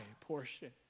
portion